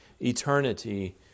eternity